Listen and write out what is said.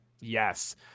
Yes